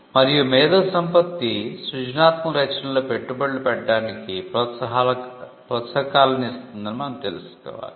మరియు మేధో సంపత్తి సృజనాత్మక రచనలలో పెట్టుబడులు పెట్టడానికి ప్రోత్సాహకాలను ఇస్తుందని మనం తెలుసుకోవాలి